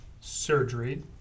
surgery